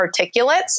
particulates